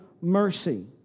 mercy